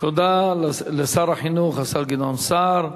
תודה לשר החינוך השר גדעון סער.